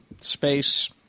Space